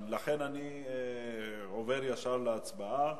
לכן אני עובר ישר להצבעה